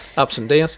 ups and downs.